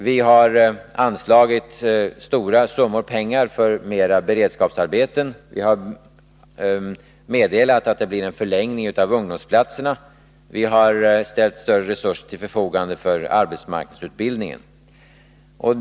Vi har anslagit stora summor pengar för mer beredskapsarbeten. Vi har meddelat att det blir en förlängning i tiden för ungdomsplatserna. Vi har ställt större resurser till förfogande för arbetsmarknadsutbildning.